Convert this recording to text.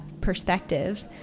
perspective